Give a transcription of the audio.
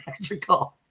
magical